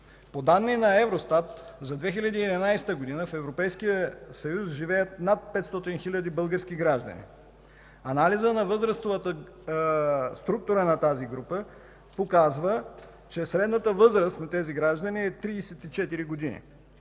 По данни на Евростат за 2011 г. в Европейския съюз живеят над 500 хиляди български граждани. Анализът на възрастовата структура на тази група показва, че средната възраст на тези граждани е 34 години.